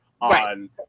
on